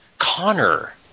Connor